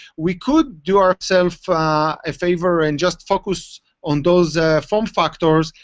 we could do ourself a favor and just focus on those um factors,